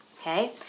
okay